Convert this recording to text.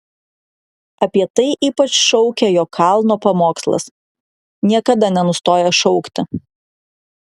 apie tai ypač šaukia jo kalno pamokslas niekada nenustoja šaukti